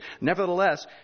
Nevertheless